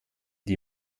die